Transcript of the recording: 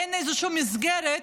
אין איזושהי מסגרת,